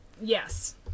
Yes